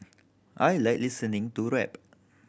I like listening to rap